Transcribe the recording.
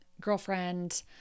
girlfriend